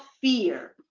fear